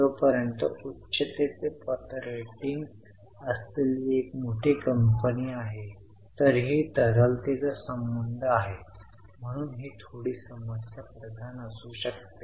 जोपर्यंत उच्चतेचे पत रेटिंग असलेली एक मोठी कंपनी आहे तरीही तरलतेचा संबंध आहे म्हणून ही थोडी समस्या प्रधान असू शकते